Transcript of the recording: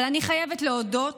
אבל אני חייבת להודות